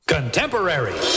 Contemporary